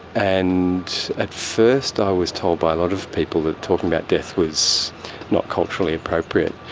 and at first i was told by a lot of people that talking about death was not culturally appropriate,